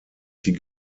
sie